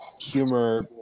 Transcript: humor